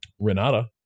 renata